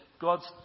God's